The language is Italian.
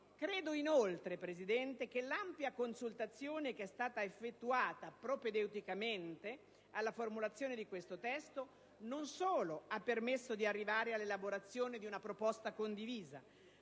Credo inoltre che l'ampia consultazione, che è stata effettuata propedeuticamente alla formulazione di questo testo, non solo ha permesso di arrivare all'elaborazione di una proposta condivisa,